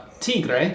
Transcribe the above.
Tigre